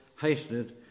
hasted